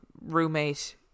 roommate